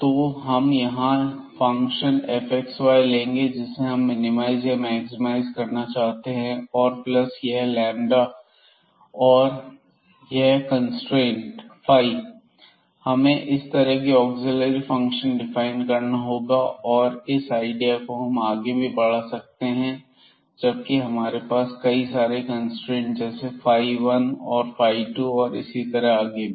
तो हम यहां फंक्शन fxy लेंगे जो जिसे हम मिनिमाइज या मैक्सिमा मैं करना चाहते हैं और प्लस यह लैंबदा और यह कंस्ट्रेंट ϕxy हमें इस तरह का ऑग्ज़ीलियरी फंक्शन डिफाइन करना होगा और इस आइडिया को हम आगे भी बढ़ा सकते हैं जबकि हमारे पास कई सारे कंस्ट्रेंट जैसे फाई 1 और फाई 2 और इसी तरह आगे भी